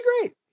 great